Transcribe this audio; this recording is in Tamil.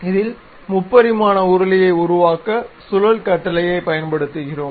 இதில் முப்பரிமாண உருளையை உருவாக்க சுழல் கட்டளையைப் பயன்படுத்துகிறோம்